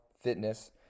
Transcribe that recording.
fitness